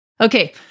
Okay